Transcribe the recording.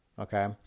okay